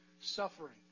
suffering